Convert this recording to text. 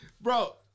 bro